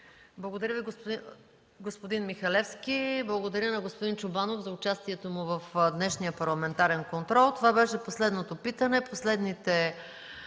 Благодаря Ви, господин Михалевски. Благодаря на господин Чобанов за участието му в днешния парламентарен контрол. Това беше последното питане,